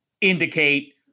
indicate